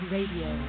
Radio